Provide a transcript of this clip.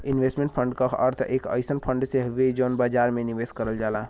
investment fund क अर्थ एक अइसन फण्ड से हउवे जौन बाजार में निवेश करल जाला